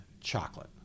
chocolate